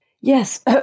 Yes